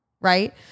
right